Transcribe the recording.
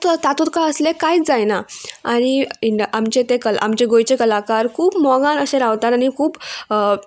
तातूंत तुका असलें कांयच जायना आनी इंड आमचे ते कला आमचे गोंयचे कलाकार खूब मोगान अशे रावतात आनी खूब